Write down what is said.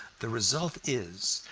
the result is,